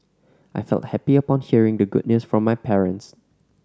I felt happy upon hearing the good news from my parents